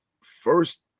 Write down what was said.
first